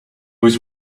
was